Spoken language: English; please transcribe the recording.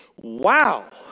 wow